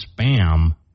Spam